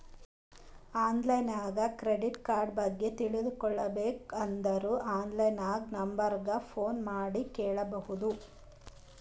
online ನಾಗ್ credit card ಬಗ್ಗೆ ತಿಳ್ಕೋಬೇಕ್ ಅಂದುರ್ ಆನ್ಲೈನ್ ನಾಗ್ ನಂಬರ್ ಗ ಫೋನ್ ಮಾಡಿ ಕೇಳ್ಬೋದು